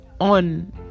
on